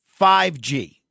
5G